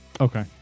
Okay